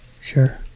sure